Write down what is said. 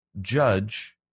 judge